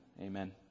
Amen